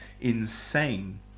insane